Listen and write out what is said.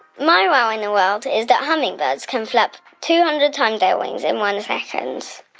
my wow in the world is that hummingbirds can flap two hundred times their wings in one second